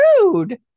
rude